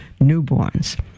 newborns